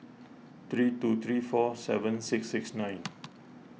three two three four seven six six nine